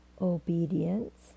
Obedience